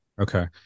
Okay